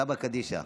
סבא קדישא.